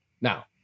Now